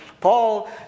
Paul